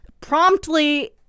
promptly